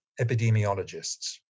epidemiologists